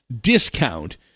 discount